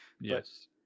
Yes